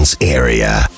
area